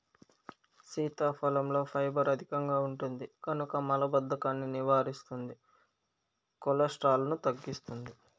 సీతాఫలంలో ఫైబర్ అధికంగా ఉంటుంది కనుక మలబద్ధకాన్ని నివారిస్తుంది, కొలెస్ట్రాల్ను తగ్గిస్తుంది